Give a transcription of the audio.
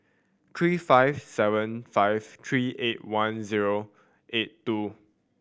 three five seven five three eight one zero eight two